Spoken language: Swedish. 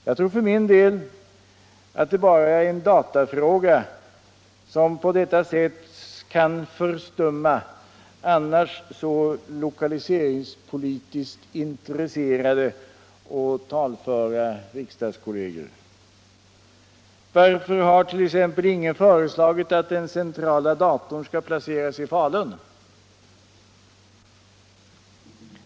Jag tror för min del att det bara är en datafråga som på detta sätt kan förstumma annars så lokaliseringspolitiskt intresserade och talföra riksdagskolleger. Varför har t.ex. ingen föreslagit att den centrala datorn skall placeras i Falun?